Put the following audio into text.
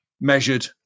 measured